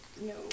No